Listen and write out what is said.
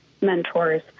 mentors